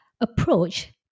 approach